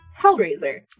Hellraiser